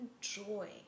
joy